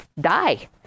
die